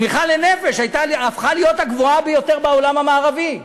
הפכה להיות הגבוהה ביותר בעולם המערבי.